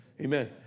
Amen